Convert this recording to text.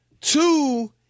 Two –